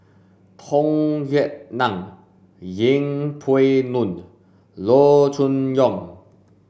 Tung Yue Nang Yeng Pway Ngon Loo Choon Yong